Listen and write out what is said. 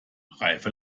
reife